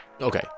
Okay